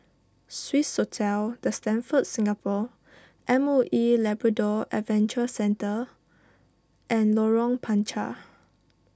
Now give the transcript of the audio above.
Swissotel the Stamford Singapore M O E Labrador Adventure Centre and Lorong Panchar